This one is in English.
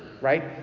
right